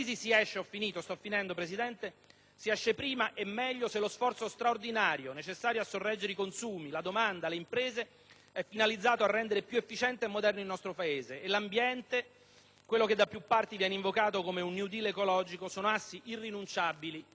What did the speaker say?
si esce prima e meglio se lo sforzo straordinario, necessario a sorreggere i consumi, la domanda, le imprese, è finalizzato a rendere più efficiente e moderno il nostro Paese. E l'ambiente, e quello che da più parti viene invocato come un *New Deal* ecologico, sono a nostro avviso assi irrinunciabili di questo impegno.